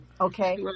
Okay